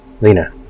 Lena